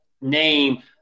name